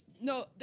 No